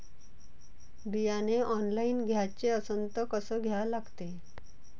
बियाने ऑनलाइन घ्याचे असन त कसं घ्या लागते?